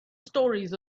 stories